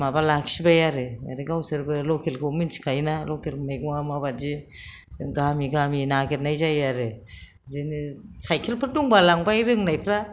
माबा लाखिबाय आरो आमफ्राय गावसोरबो लकेलखौ मिन्थिखायो ना लकेल मैगं आ माबायदि जों गामि गामि नागिरनाय जायो आरो बिदिनो साइखेलफोर दंब्ला लांबाय रोंनायफ्रा